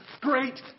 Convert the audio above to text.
great